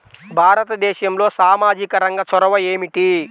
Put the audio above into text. భారతదేశంలో సామాజిక రంగ చొరవ ఏమిటి?